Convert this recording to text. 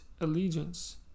allegiance